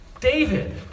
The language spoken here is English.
David